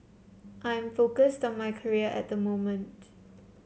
I am focused on my career at moment